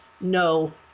no